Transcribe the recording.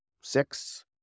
six